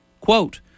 Quote